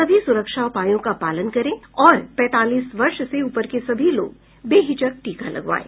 सभी सुरक्षा उपायों का पालन करें और पैंतालीस वर्ष से ऊपर के सभी लोग बेहिचक टीका लगवाएं